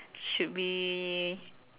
should be